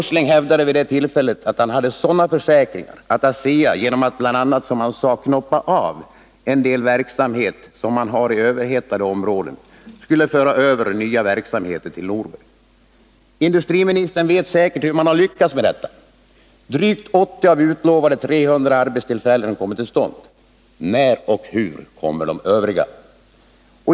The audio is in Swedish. Nils Åsling hävdade vid det tillfället att han hade försäkringar om att ASEA genom att bl.a. knoppa av, som han sade, en del verksamhet som man hade i överhettade områden skulle föra över nya verksamheter till Norberg. Industriministern vet säkert hur man har lyckats med detta. Drygt 80 av utlovade 300 arbetstillfällen har kommit till stånd. När och hur kommer de övriga?